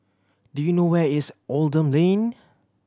do you know where is Oldham Lane